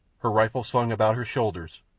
her rifle slung about her shoulders,